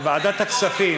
בוועדת הכספים,